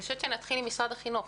נתחיל עם משרד החינוך,